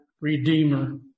Redeemer